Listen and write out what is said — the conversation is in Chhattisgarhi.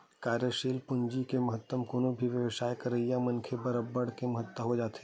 कार्यसील पूंजी के महत्तम कोनो भी बेवसाय करइया मनखे बर अब्बड़ के महत्ता हो जाथे